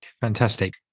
Fantastic